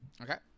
Okay